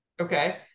okay